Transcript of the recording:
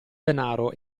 denaro